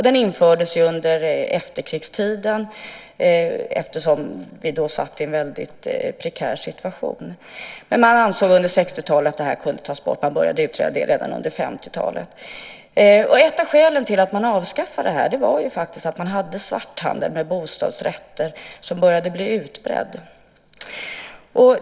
Den infördes under efterkrigstiden eftersom vi då befann oss i en väldigt prekär situation. Under 60-talet ansåg man att den kunde tas bort. Frågan hade börjat utredas redan under 50-talet. Ett av skälen till att lagen avskaffades var att det förekom svarthandel med bostadsrätter, och den började bli utbredd.